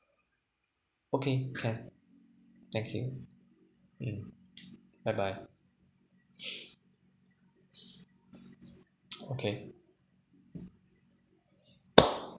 okay can thank you mm bye bye okay